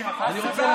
כי הם לא רוצים.